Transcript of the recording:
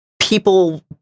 people